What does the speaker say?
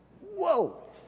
Whoa